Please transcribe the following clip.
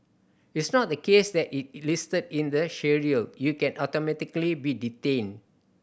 it's not the case that it listed in the schedule you can automatically be detained